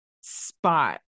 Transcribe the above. spot